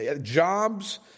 jobs